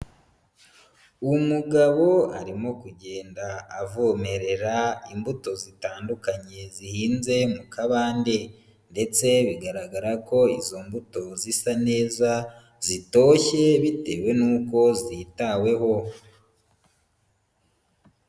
Umugabo arimo kugenda avomerera imbuto zitandukanye, zihinze mu kabande. Ndetse bigaragara ko izo mbuto zisa neza, zitoshye bitewe nuko zitaweho.